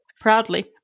proudly